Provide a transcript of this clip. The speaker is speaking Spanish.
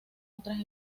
otras